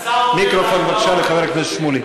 מיקרופון בבקשה לחבר הכנסת שמולי.